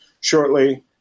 shortly